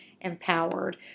empowered